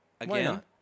Again